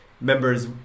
members